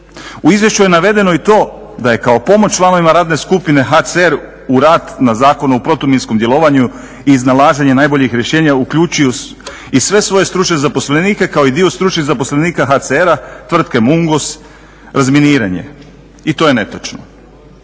U izvješću je navedeno i to da je kao pomoć članovima radne skupine HCR u rad na Zakon o protuminskom djelovanju i iznalaženje najboljih rješenja uključuju i sve svoje stručne zaposlenike, kao i dio stručnih zaposlenika HCR-a, tvrtke Mungos razminiranje. I to je netočno.